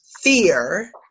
fear